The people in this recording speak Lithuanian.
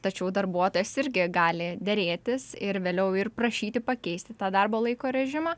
tačiau darbuotojas irgi gali derėtis ir vėliau ir prašyti pakeisti tą darbo laiko režimą